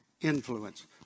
influence